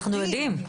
אנחנו יודעים.